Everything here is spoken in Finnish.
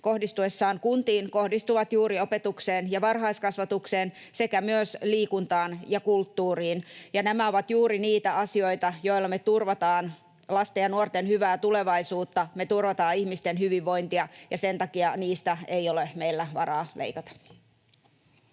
kohdistuessaan kuntiin kohdistuvat juuri opetukseen ja varhaiskasvatukseen sekä myös liikuntaan ja kulttuuriin, ja nämä ovat juuri niitä asioita, joilla me turvataan lasten ja nuorten hyvää tulevaisuutta, me turvataan ihmisten hyvinvointia, ja sen takia meillä ei ole varaa leikata